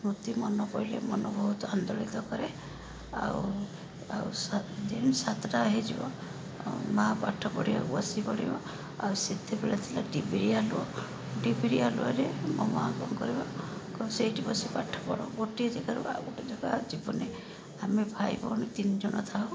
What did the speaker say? ସ୍ମୃତି ମନେ ପଡ଼ିଲେ ମନ ବହୁତ ଆନ୍ଦୋଳିତ କରେ ଆଉ ଆଉ ସାତ ଯେମିତି ସାତଟା ହେଇଯିବ ମାଆ ପାଠ ପଢ଼େଇବାକୁ ବସି ପଡ଼ିବ ଆଉ ସେତେବେଳେ ଥିଲା ଡିବିରି ଆଲୁଅ ଡିବିରି ଆଲୁଅରେ ମୋ ମାଆ କ'ଣ କରିବ କହିବ ସେଇଠି ବସି ପାଠ ପଢ଼ ଗୋଟିଏ ଜାଗାରୁ ଆଉ ଗୋଟିଏ ଜାଗା ଯିବ ନେଇ ଆମେ ଭାଇ ଭଉଣୀ ତିନିଜଣ ଥାଉ